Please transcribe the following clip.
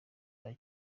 bya